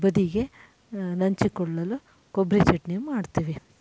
ಬದಿಗೆ ನಂಚಿಕೊಳ್ಳಲು ಕೊಬ್ಬರಿ ಚಟ್ನಿ ಮಾಡ್ತೀವಿ